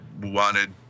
wanted